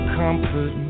comfort